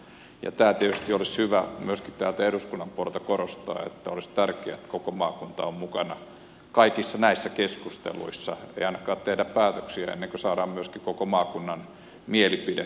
tätä tietysti olisi hyvä myöskin täältä eduskunnan puolelta korostaa että olisi tärkeää että koko maakunta on mukana kaikissa näissä keskusteluissa ei ainakaan tehdä päätöksiä ennen kuin saadaan myöskin koko maakunnan mielipide